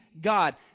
God